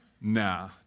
Nah